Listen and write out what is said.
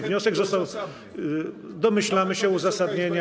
Wniosek został, domyślamy się uzasadnienia.